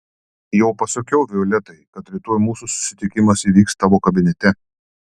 jau pasakiau violetai kad rytoj mūsų susitikimas įvyks tavo kabinete